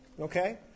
Okay